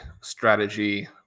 strategy